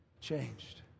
changed